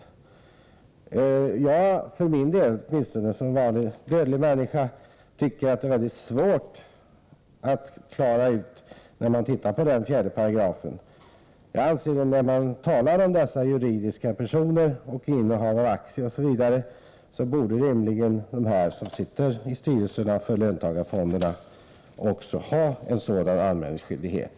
Som vanlig dödlig människa tycker jag för min del att det är mycket svårt att klara ut detta förhållande när jag ser på 4 §. Då det där talas om att de som har gemenskap med juridiska personer har skyldighet att anmäla innehav av aktier osv. anser jag att de som sitter i löntagarfondernas styrelser rimligen också bör ha en sådan anmälningsskyldighet.